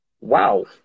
Wow